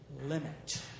limit